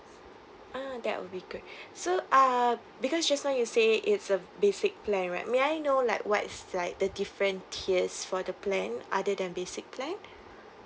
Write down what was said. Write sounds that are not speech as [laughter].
ah that would be good [breath] so ah because just now you say it's a basic plan right may I know like what is like the different tiers for the plan other than basic plan [breath]